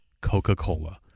Coca-Cola